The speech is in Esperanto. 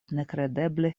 nekredeble